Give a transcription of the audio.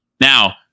Now